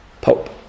Pope